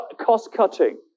cost-cutting